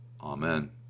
Amen